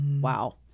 wow